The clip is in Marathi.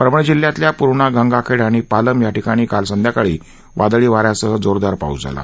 परभणी जिल्ह्यातल्या पूर्णा गंगाखेड आणि पालम या ठिकाणी काल संध्याकाळी वादळी वाऱ्यासह जोरदार पाऊस झाला